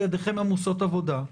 ידיכם עמוסות עבודה.